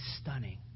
stunning